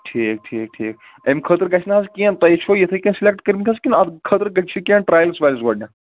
ٹھیٖک ٹھیٖک ٹھیٖک اَمہِ خٲطرٕ گَژھِ نہ حظ کیٚنٛہہ تۄہہِ چھوا اِتھٕے کٮ۪ن سِلیکٹ کٔرمٕتۍ حظ کِنہٕ اَمہِ خٲطرٕ چھِ کیٚنٛہہ ٹرایلز وایلز گۄڈنٮ۪تھ